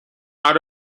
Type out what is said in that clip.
out